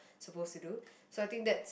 suppose to do so I think that